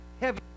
heavy